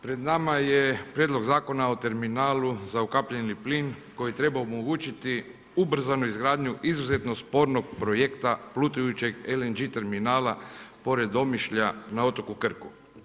Pred nama je Prijedlog zakona o terminalu za ukapljeni plin koji treba omogućiti ubrzanu izgradnju izuzetno spornog projekta Plutajućeg LNG terminala pored Omišlja na otoku Krku.